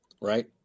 right